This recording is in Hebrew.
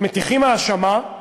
מטיחים האשמה,